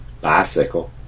Bicycle